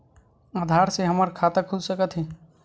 आधार से हमर खाता खुल सकत हे?